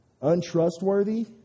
Untrustworthy